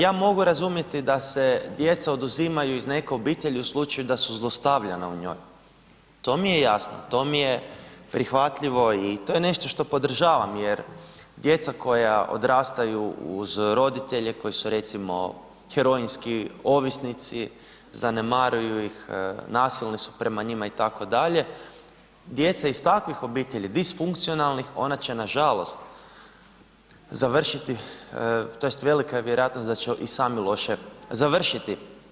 Ja mogu razumjeti da se djeca oduzimaju iz neke obitelji u slučaju da su zlostavljana u njoj, to mi je jasno, to mi je prihvatljivo i to je nešto što podržavam jer djeca koja odrastaju uz roditelje koji su recimo heroinski ovisnici, zanemaruju ih, nasilni su prema njima itd., djeca iz takvih obitelji disfunkcionalnih ona će nažalost završiti tj. velika je vjerojatnost da će i sami loše završiti.